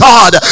God